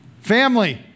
family